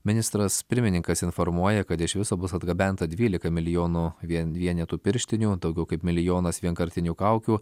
ministras pirmininkas informuoja kad iš viso bus atgabenta dvylika milijonų vien vienetų pirštinių daugiau kaip milijonas vienkartinių kaukių